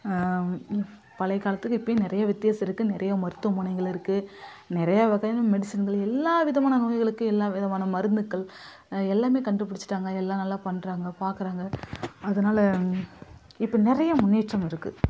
பழைய காலத்துக்கும் இப்போயும் நிறையா வித்தியாசம் இருக்குது நிறையா மருத்துவமனைகள் இருக்குது நிறையா வகையான மெடிசன்கள் எல்லா விதமான நோய்களுக்கு எல்லா விதமான மருந்துகள் எல்லாமே கண்டுபிடிச்சிட்டாங்க எல்லாம் நல்லா பண்றாங்க பார்க்குறாங்க அதனால் இப்போ நிறையா முன்னேற்றம் இருக்குது